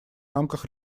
рамках